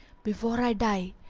before i die,